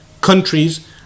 countries